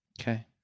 Okay